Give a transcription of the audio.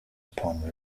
upon